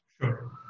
Sure